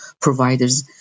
providers